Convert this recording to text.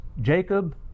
Jacob